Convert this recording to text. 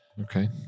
Okay